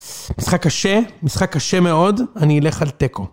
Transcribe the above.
משחק קשה, משחק קשה מאוד, אני אלך על תיקו.